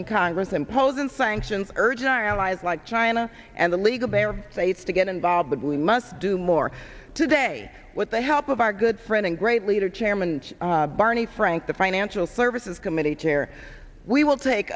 in congress imposing sanctions urging our allies like china and the legal bear states to get involved but we must do more today with the help of our good friend and great leader chairman barney frank the financial services committee chair we will take